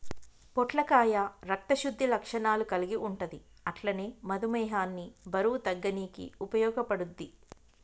పొట్లకాయ రక్త శుద్ధి లక్షణాలు కల్గి ఉంటది అట్లనే మధుమేహాన్ని బరువు తగ్గనీకి ఉపయోగపడుద్ధి